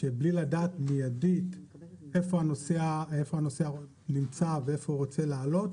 בלי לדעת מיידית איפה נמצא הנוסע ואיפה הוא רוצה לעלות,